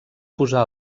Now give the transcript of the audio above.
posar